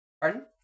Pardon